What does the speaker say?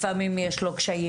לפעמים יש לו קשיים,